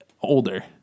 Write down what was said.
older